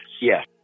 Yes